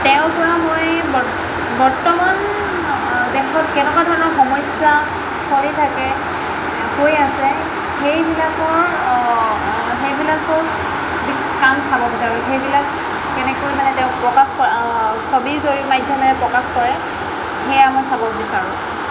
তেওঁৰপৰা মই বৰ্তমান দেশত কেনেকুৱা ধৰণৰ সমস্যা চলি থাকে হৈ আছে সেইবিলাকৰ সেইবিলাকৰ যি কাম চাব বিচাৰোঁ সেইবিলাক কেনেকৈ মানে তেওঁ প্ৰকাশ কৰে ছবিৰ মাধ্যমেৰে প্ৰকাশ কৰে সেয়া মই চাব বিচাৰোঁ